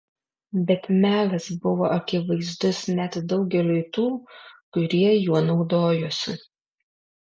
bet melas buvo akivaizdus net daugeliui tų kurie juo naudojosi